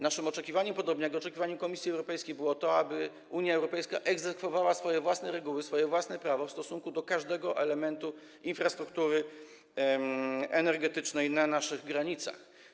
Naszym oczekiwaniem, podobnie jak oczekiwaniem Komisji Europejskiej, było to, aby Unia Europejska egzekwowała swoje własne reguły, swoje własne prawo w stosunku do każdego elementu infrastruktury energetycznej na naszych granicach.